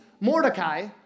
Mordecai